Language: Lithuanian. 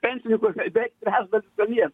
pensininkų beveik trečdalis šalies